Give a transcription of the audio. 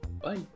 Bye